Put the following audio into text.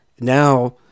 Now